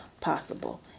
possible